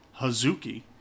Hazuki